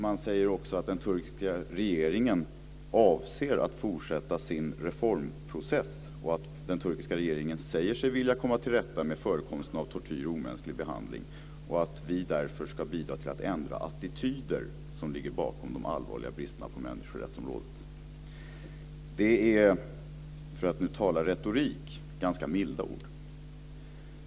Man säger också att den turkiska regeringen avser att fortsätta sin reformprocess, att den turkiska regeringen säger sig vilja komma till rätta med förekomsten av tortyr och omänsklig behandling och att vi därför ska bidra till att ändra de attityder som ligger bakom de allvarliga bristerna på människorättsområdet. Det är, för att nu tala retorik, ganska milda ord.